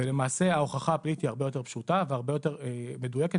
למעשה ההוכחה היא הרבה יותר פשוטה והרבה יותר מדויקת.